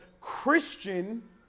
Christian